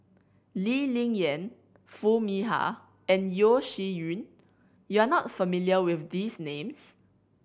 Lee Ling Yen Foo Mee Har and Yeo Shih Yun you are not familiar with these names